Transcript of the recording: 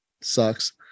sucks